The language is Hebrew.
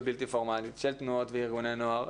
בלתי פורמלית של תנועות וארגוני נוער,